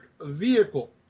vehicle